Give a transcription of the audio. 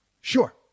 Sure